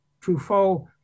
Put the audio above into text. Truffaut